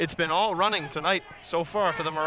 it's been all running tonight so far for the